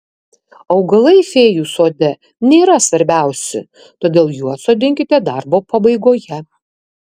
augalai fėjų sode nėra svarbiausi todėl juos sodinkite darbo pabaigoje